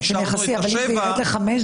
כי השארנו 7 דקות.